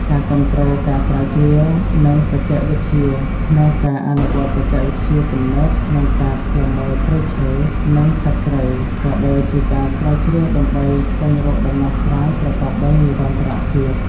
ការគាំទ្រការស្រាវជ្រាវ និងបច្ចេកវិទ្យាក្នុងការ អនុវត្តបច្ចេកវិទ្យាទំនើបក្នុងការឃ្លាំមើលព្រៃឈើ និងសត្វព្រៃ ក៏ដូចជាការស្រាវជ្រាវដើម្បីស្វែងរកដំណោះស្រាយប្រកបដោយនិរន្តរភាព។